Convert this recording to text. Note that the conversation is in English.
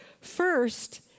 First